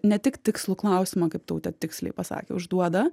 ne tik tikslų klausimą kaip tautė tiksliai pasakė užduoda